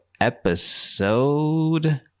episode